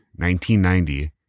1990